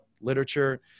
literature